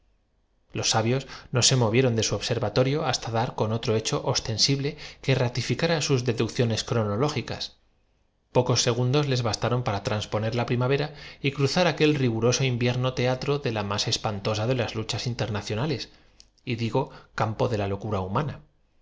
los sabios no se movieron de su observatorio hasta en su compás dar con otro hecho ostensible que ratificara sus deduc fijoasintió el sabio mirando el suyo ciones cronológicas pocos segundos les bastaron para atitud o transponer la primavera y cruzar aquel riguroso in exacto vierno teatro de la más espantosa de las luchas inter no hay más que inclinar los catalejos un grado al nacionales y digno campo de la locura humana